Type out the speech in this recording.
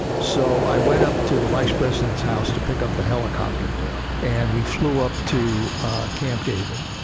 so, i went up to the vice president's house to pick up the helicopter there, and we flew up to camp david,